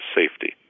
safety